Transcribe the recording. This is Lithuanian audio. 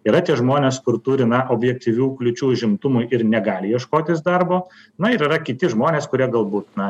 yra tie žmonės kur turi na objektyvių kliūčių užimtumui ir negali ieškotis darbo na ir yra kiti žmonės kurie galbūt na